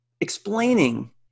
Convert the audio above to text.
explaining